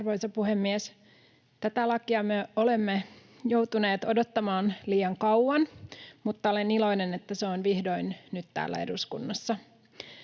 Arvoisa puhemies! Tätä lakia me olemme joutuneet odottamaan liian kauan, mutta olen iloinen, että se on vihdoin täällä eduskunnassa.